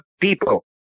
people